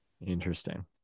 Interesting